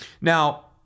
Now